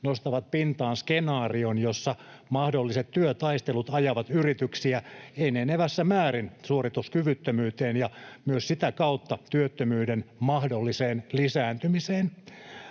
nostavat pintaan skenaarion, jossa mahdolliset työtaistelut ajavat yrityksiä enenevässä määrin suorituskyvyttömyyteen ja myös sitä kautta työttömyyden mahdolliseen lisääntymiseen.